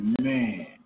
Man